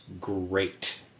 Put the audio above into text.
great